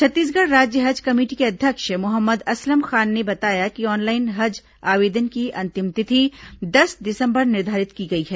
छत्तीसगढ़ राज्य हज कमेटी के अध्यक्ष मोहम्मद असलम खान ने बताया कि ऑनलाइन हज आवेदन की अंतिम तिथि दस दिसंबर निर्धारित की गई है